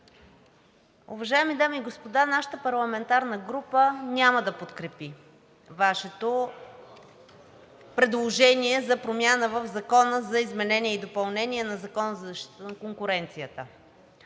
Уважаеми дами и господа, нашата парламентарна група няма да подкрепи Вашето предложение за промяна в Закона за изменение и допълнение на Закона за защита на конкуренцията.